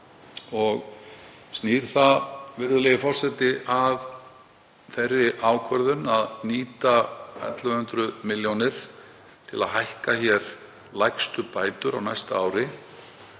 Snýr það, virðulegi forseti, að þeirri ákvörðun að nýta 1.100 milljónir til að hækka hér lægstu bætur á næsta ári